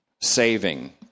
saving